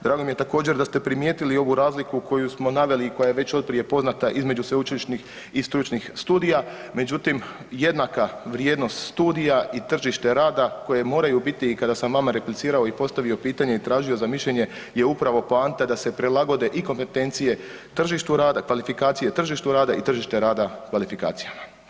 Drago mi je također da ste primijetili i ovu razliku koju smo naveli i koja je već otprije poznata između sveučilišnih i stručnih studija međutim jednaka vrijednost studija i tržište rada koje moraju biti i kada sam vama replicirao i postavio pitanje i tražio za mišljenje je upravo poanta da se prilagode i kompetencije tržištu rada, kvalifikacije tržištu rada i tržište rada kvalifikacijama.